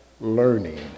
learning